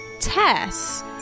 Tess